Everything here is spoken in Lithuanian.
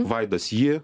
vaidas ji